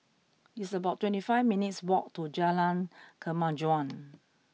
it's about twenty five minutes' walk to Jalan Kemajuan